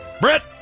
Brett